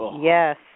Yes